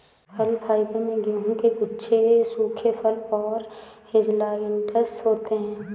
फल फाइबर में गेहूं के गुच्छे सूखे फल और हेज़लनट्स होते हैं